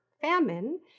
famine